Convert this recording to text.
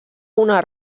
una